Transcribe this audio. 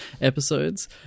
episodes